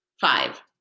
five